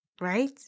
right